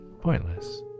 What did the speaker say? pointless